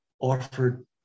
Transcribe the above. offered